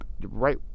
right